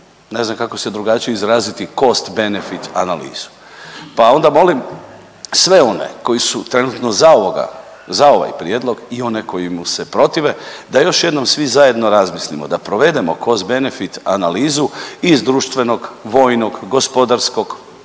ne znam kako se drugačije izraziti, cost-benefit analizu, pa onda molim sve one koji su trenutno za ovoga, za ovaj prijedlog i one koji mu se protive da još jednom svi zajedno razmislimo da provedemo cost-benefit analizu iz društvenog, vojnog, gospodarskog,